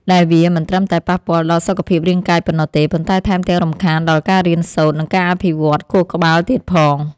ដែលវាមិនត្រឹមតែប៉ះពាល់ដល់សុខភាពរាងកាយប៉ុណ្ណោះទេ ប៉ុន្តែថែមទាំងរំខានដល់ការរៀនសូត្រ និងការអភិវឌ្ឍខួរក្បាលទៀតផង។